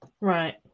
Right